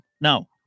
Now